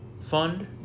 fund